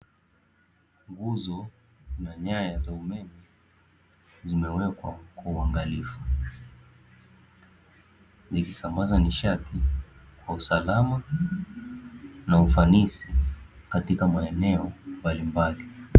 Nguzo na nyaya za umeme zimewekwa kwa uangalifu, zikisambaza nishati kwa usalama na ufanisi, katika maeneo mbalimbali.